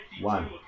one